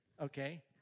Okay